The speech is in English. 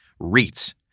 REITs